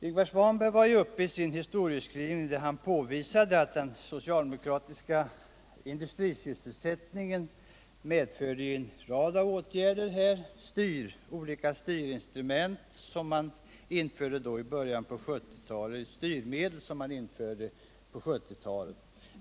Ingvar Svanberg påvisade i sin historieskrivning att det sociardemokratiska programmet för industrisyvsselsättning medförde en rad åtgärder och styrmedel, vilka vidtogs och infördes i början på 1970 talet.